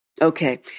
Okay